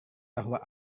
bahwa